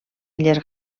illes